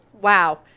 Wow